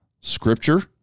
scripture